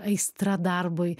aistra darbui